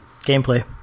gameplay